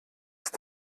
ist